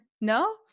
No